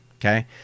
okay